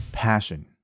passion